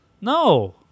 No